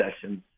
sessions